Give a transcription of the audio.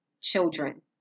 children